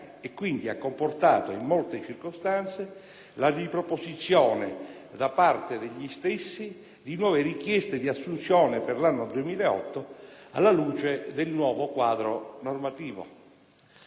e quindi ha comportato in molte circostanze la riproposizione da parte degli stessi di nuove richieste di assunzione per l'anno 2008, alla luce del nuovo quadro normativo.